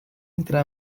entre